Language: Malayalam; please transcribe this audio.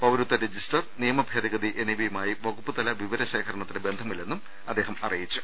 പൌരത്വ രജിസ്റ്റർ നിയമഭേദഗതി എന്നി വയുമായി വകുപ്പുതല വിവരശേഖരണത്തിന് ബന്ധമില്ലെന്നും അദ്ദേഹം അറിയിച്ചു